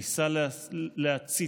ניסה להצית,